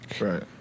right